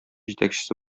җитәкчесе